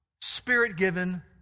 spirit-given